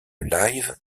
live